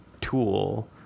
tool